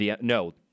No